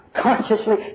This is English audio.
consciously